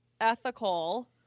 ethical